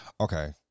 Okay